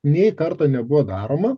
nė karto nebuvo daroma